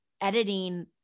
editing